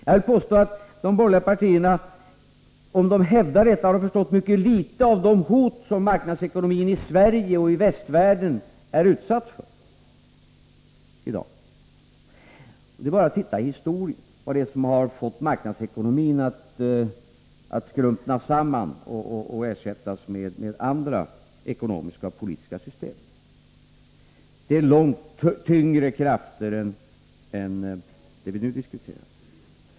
Jag vill påstå att de borgerliga partierna, om de hävdar detta, har förstått mycket litet av de hot som marknadsekonomin i Sverige och i västvärlden är utsatt för i dag. Det är bara att titta i historien så ser man vad det är som har fått marknadsekonomin att skrumpna samman och ersättas med andra ekonomiska och politiska system. Det är långt tyngre krafter än det vi nu diskuterar.